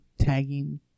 tagging